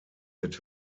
wird